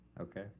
Okay